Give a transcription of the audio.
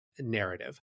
narrative